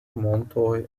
montoj